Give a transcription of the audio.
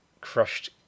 crushed